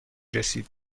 رسید